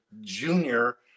junior